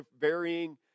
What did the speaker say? varying